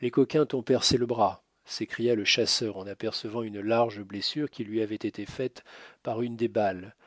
les coquins t'ont percé le bras s'écria le chasseur en apercevant une large blessure qui lui avait été faite par une des balles